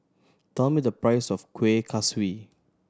tell me the price of Kueh Kaswi